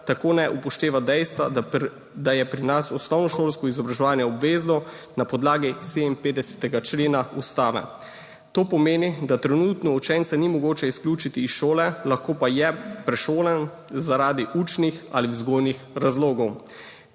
tako ne upošteva dejstva, da je pri nas osnovnošolsko izobraževanje obvezno na podlagi 57. člena Ustave. To pomeni, da trenutno učenca ni mogoče izključiti iz šole, lahko pa je prešolan zaradi učnih ali vzgojnih razlogov,